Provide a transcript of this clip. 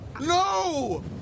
No